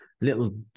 little